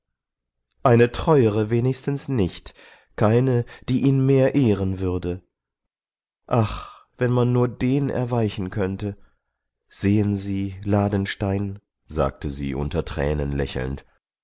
eine treuere wenigstens nicht keine die ihn mehr ehren würde ach wenn man nur den erweichen könnte sehen sie ladenstein sagte sie unter tränen lächelnd